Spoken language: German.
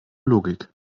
logik